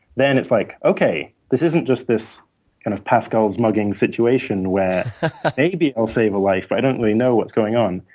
then it's like, okay. this isn't just this kind of pascal's mugging situation where maybe i'll save a life, but i don't really know what's going on.